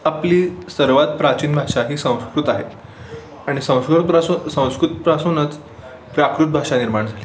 आपली सर्वात प्राचीन भाषा ही संस्कृत आहे आणि संस्कृतपासून संस्कृतपासूनच प्राकृत भाषा निर्माण झाली